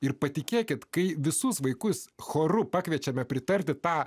ir patikėkit kai visus vaikus choru pakviečiame pritarti tą